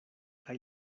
kaj